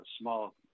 small